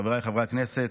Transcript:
חבריי חברי הכנסת,